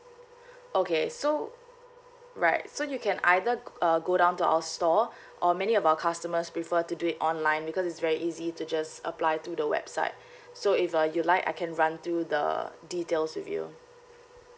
okay so right so you can either uh go down to our store or many of our customers prefer to do it online because it's very easy to just apply through the website so if uh you like I can run through the details with you